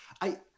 I-